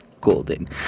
golden